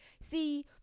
See